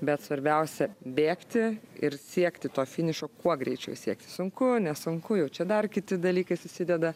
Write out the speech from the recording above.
bet svarbiausia bėgti ir siekti to finišo kuo greičiau siekt sunku nesunku jau čia dar kiti dalykai susideda